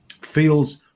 feels